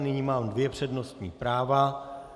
Nyní mám dvě přednostní práva.